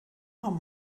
haben